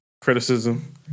criticism